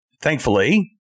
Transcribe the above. Thankfully